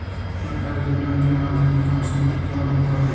ব্যাবসায়িক ঋণ নেওয়ার জন্য আমাকে কি কোনো সিকিউরিটি জমা করতে হবে?